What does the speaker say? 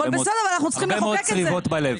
הרבה מאוד צריבות בלב.